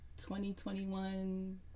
2021